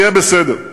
יהיה בסדר.